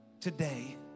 today